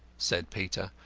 said peter.